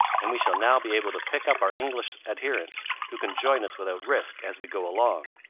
and we shall now be able to pick up our english adherents, who can join us without risk, as we go along.